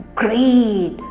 greed